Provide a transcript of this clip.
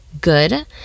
good